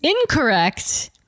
incorrect